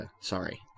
sorry